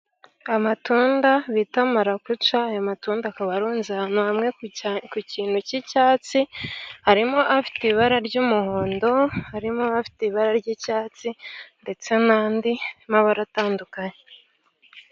Amatunda bita marakuca, aya matunda akaba arunze ahantu hamwe ku kintu cy'icyatsi, arimo afite ibara ry'umuhondo, harimo afite ibara ry'icyatsi, ndetse n'andi mabara atandukanye.